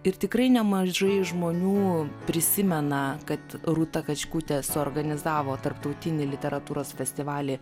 ir tikrai nemažai žmonių prisimena kad rūta kačkutė suorganizavo tarptautinį literatūros festivalį